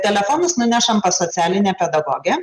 telefonus nunešam pas socialinę pedagogę